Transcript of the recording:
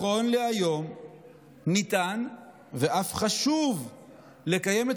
נכון להיום ניתן ואף חשוב לקיים את